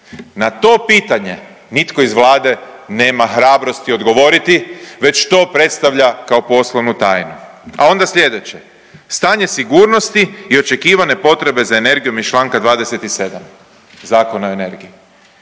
Na to pitanje nitko iz Vlade nema hrabrosti odgovoriti već to predstavlja kao poslovnu tajnu. A onda sljedeće, stanje sigurnosti i očekivane potrebe za energijom iz čl. 27 Zakona o energiji.